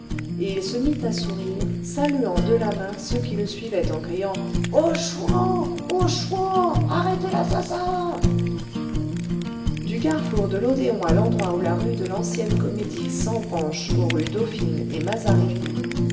et il se mit à sourire saluant de la main ceux qui le suivaient en criant au chouan au chouan arrêtez l'assassin du carrefour de l'odéon à l'endroit où la rue de lancienne comédie s'embranche aux rues dauphine et mazarine